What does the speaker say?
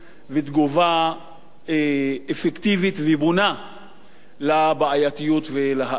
ותגובה אפקטיבית ובונה לבעייתיות ולהאטה.